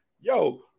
yo